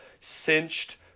cinched